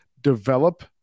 develop